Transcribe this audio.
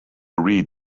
read